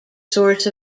source